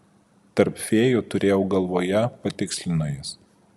tarp fėjų turėjau galvoje patikslino jis